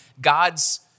God's